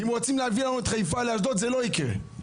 אם רוצים להביא לנו את חיפה לאשדוד, זה לא יקרה.